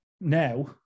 now